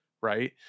right